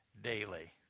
daily